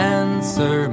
answer